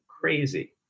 crazy